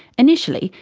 initially,